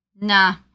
nah